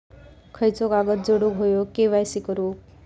खयचो कागद जोडुक होयो के.वाय.सी करूक?